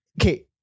okay